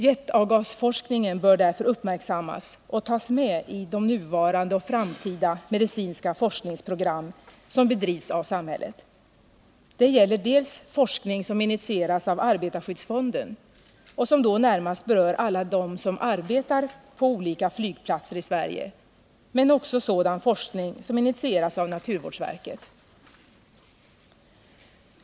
Jetavgasforskningen bör därför uppmärksammas och tas med i de nuvarande och framtida medicinska forskningsprogram som bedrivs av samhället. Det gäller dels forskning som initierats av arbetarskyddsfonden och som då närmast berör alla dem som arbetar på olika flygplatser i Sverige, dels sådan forskning som initieras av naturvårdsverket.